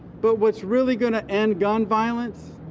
but what's really gonna end gun violence